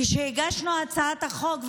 כשהגשנו את הצעת החוק,